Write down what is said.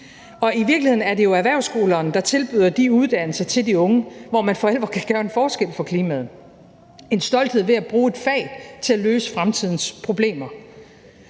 og i virkeligheden er det jo erhvervsskolerne, der tilbyder de uddannelser til de unge, hvor man for alvor kan gøre en forskel for klimaet og få en stolthed ved at bruge et fag til at løse fremtidens problemer.